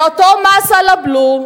מאותו מס על הבלו,